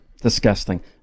Disgusting